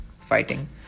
fighting